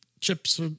Chips